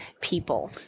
people